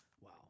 Wow